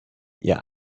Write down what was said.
ihr